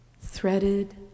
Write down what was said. threaded